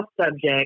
subject